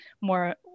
more